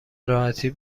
راحتی